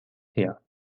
her